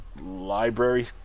library